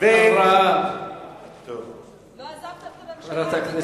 לא עזבתם את הממשלה, הוא לא רצה להשאיר אותך לבד.